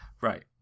Right